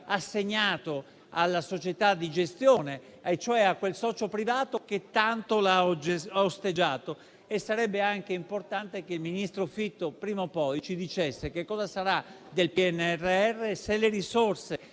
assegnato alla società di gestione, e cioè a quel socio privato che tanto l'ha osteggiato. Sarebbe anche importante che il ministro Fitto prima o poi ci dicesse che cosa sarà del PNRR e se le risorse